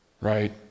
right